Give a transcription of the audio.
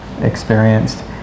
experienced